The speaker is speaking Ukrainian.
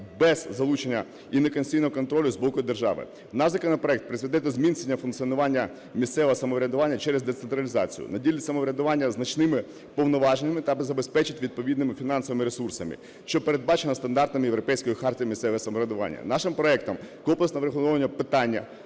без залучення інвестиційного контролю з боку держави. Наш законопроект призведе до зміцнення функціонування місцевого самоврядування через децентралізацію, наділить самоврядування значними повноваженнями та забезпечить відповідними фінансовими ресурсами, що передбачено стандартами Європейської хартії місцевого самоврядування. Нашим проектом комплексно врегульовано питання